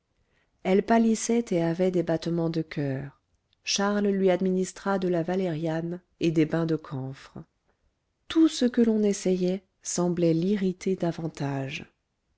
elle pâlissait et avait des battements de coeur charles lui administra de la valériane et des bains de camphre tout ce que l'on essayait semblait l'irriter davantage